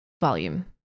volume